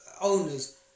owners